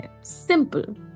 Simple